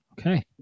Okay